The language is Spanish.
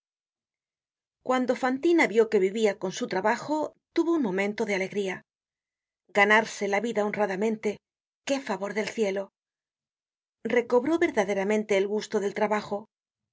cuando fantina vió que yivia con su trabajo tuvo un momento de alegría ganarse la vida honradamente qué favor del cielo recobró verdaderamente el gusto del trabajo